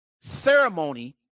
ceremony